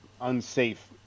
unsafe